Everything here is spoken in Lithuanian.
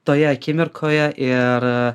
toje akimirkoje ir